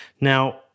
Now